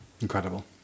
Incredible